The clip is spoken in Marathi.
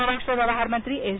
परराष्ट्र व्यवहारमंत्री एस